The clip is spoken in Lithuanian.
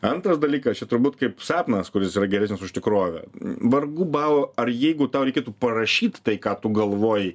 antras dalykas čia turbūt kaip sapnas kuris yra geresnis už tikrovę vargu bau ar jeigu tau reikėtų parašyt tai ką tu galvoji